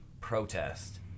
protest